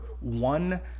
one